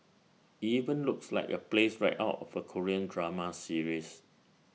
IT even looks like A place right out of A Korean drama series